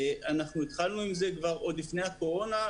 התחלנו עם זה עוד לפני הקורונה,